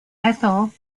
ethyl